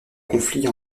conflit